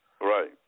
Right